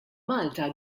malta